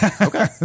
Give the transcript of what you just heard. Okay